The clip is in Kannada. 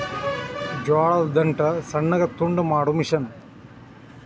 ಜೋಳದ ದಂಟ ಸಣ್ಣಗ ತುಂಡ ಮಾಡು ಮಿಷನ್